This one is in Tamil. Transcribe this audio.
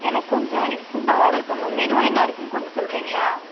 எனக்கு கொஞ்சம் இன்றைக்கு ஃபுட்டு ஆர்டர் பண்ணும் மெனு என்ன இருக்குன்னு கொஞ்சம் சொல்லுறீங்களா